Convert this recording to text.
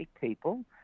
people